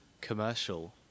commercial